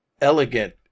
elegant